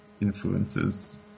influences